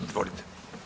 Izvolite.